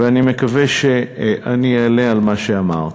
ואני מקווה שאני אענה על מה שאמרת.